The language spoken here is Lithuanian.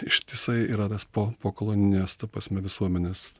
ištisai yra tas po po koloninės ta prasme visuomenės